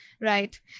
right